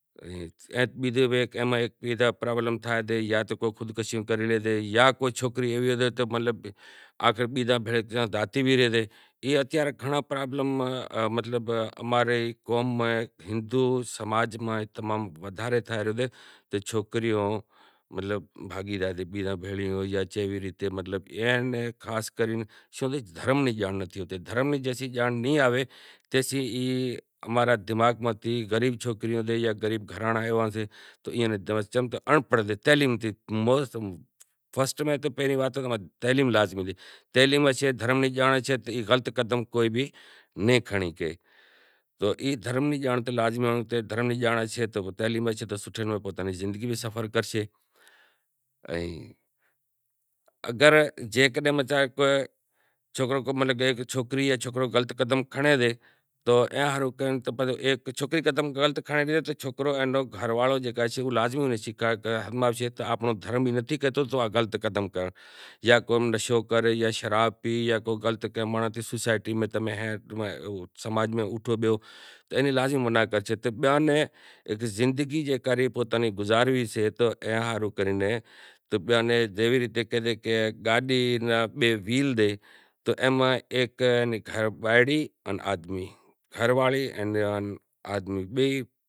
اے بیزو بھی ایوا پرابلم تھئسیں کہ خودکشیوں کری راشیں جاں کو سوکری ایوی ہوشے مطلب آخر بیزاں بھیڑی زاتی بھی راہسے تو ای اماں ری قوم ماں ہندو سماج ماں بدہاں رو مسئلا سے۔ کہ سوکری بیزاں بھیگی بھاگی زائے چمکہ دھرم نی جانڑ ناں ہوئے۔ اماں را ای دماغ ماں جی غریب انڑپڑہیل مانڑاں ناں تعلیم ہوسے دھرم نی جانڑ ہوسے تو ای غلط قدم نیں کھنڑے تعلیم ہوشے تو پوتاں نیں سوٹھے نمونے زندگی نو سفر کرسیں۔ مناں پوتاں نیں زندگی جیوی ریت گزارنڑی سے تو امیں ہیک گھر واڑی ان آدمی بئی